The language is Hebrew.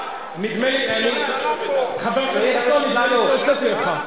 חבר הכנסת חסון, נדמה לי שהוצאתי אותך.